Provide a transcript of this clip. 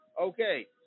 Okay